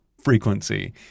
frequency